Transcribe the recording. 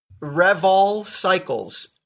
RevolCycles